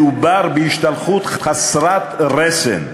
מדובר בהשתלחות חסרת רסן.